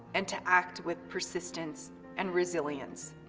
and to act with persistence and resilience.